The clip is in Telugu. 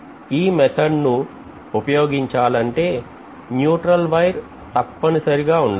ఈ పద్ధతి ను ఉపయోగించాలంటే న్యూట్రల్ వైర్ తప్పనిసరిగా ఉండాలి